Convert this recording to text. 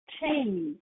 chain